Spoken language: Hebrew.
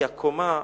כי הקומה הראשונה,